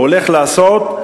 והולך לעשות,